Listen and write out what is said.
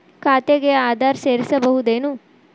ಖಾತೆಗೆ ಆಧಾರ್ ಸೇರಿಸಬಹುದೇನೂ?